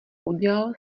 udělal